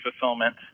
fulfillment